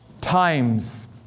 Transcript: times